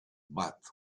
but